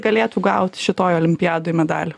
galėtų gaut šitoj olimpiadoj medalį